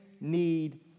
need